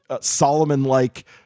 Solomon-like